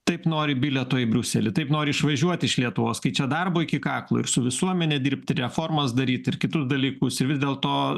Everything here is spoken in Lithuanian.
taip nori bilieto į briuselį taip nori išvažiuoti iš lietuvos kai čia darbo iki kaklo ir su visuomene dirbt ir reformas daryt ir kitus dalykus vis dėlto